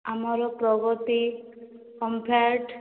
ଆମର ପ୍ରଗତି ଓମଫେଡ଼